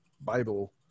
Bible